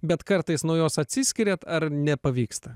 bet kartais nuo jos atsiskiriat ar nepavyksta